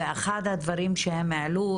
ואחד הדברים שהם העלו,